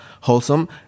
wholesome